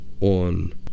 on